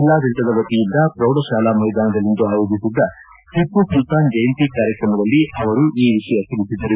ಜಿಲ್ಲಾಡಳಿತದ ವತಿಯಿಂದ ಪ್ರೌಢಶಾಲಾ ಮೈದಾನದಲ್ಲಿಂದು ಆಯೋಜಿಸಿದ್ದ ಟಿಮ್ನ ಸುಲ್ತಾನ್ ಜಯಂತಿ ಕಾರ್ಯಕ್ರಮದಲ್ಲಿ ಅವರು ಈ ವಿಷಯ ತಿಳಿಸಿದರು